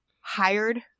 hired